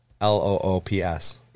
L-O-O-P-S